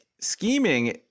scheming